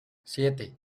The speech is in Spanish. siete